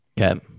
Okay